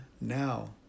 now